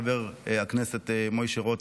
חבר הכנסת משה רוט,